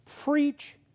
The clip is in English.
preach